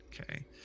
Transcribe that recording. Okay